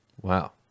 Wow